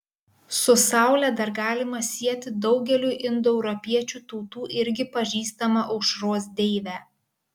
su saule dar galima sieti daugeliui indoeuropiečių tautų irgi pažįstamą aušros deivę